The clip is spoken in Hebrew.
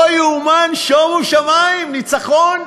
לא יאומן, שומו שמים, ניצחון: